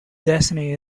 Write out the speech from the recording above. destiny